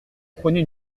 prenez